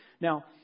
Now